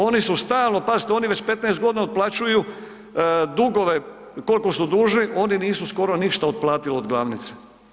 Oni su stalno, pazite, oni već 15.g. otplaćuju dugove, kolko su dužni oni nisu skoro ništa otplatili od glavnice.